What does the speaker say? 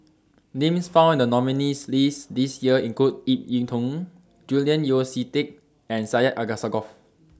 Names found in The nominees' list This Year include Ip Yiu Tung Julian Yeo See Teck and Syed Alsagoff